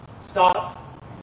Stop